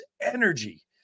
energy